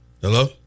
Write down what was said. Hello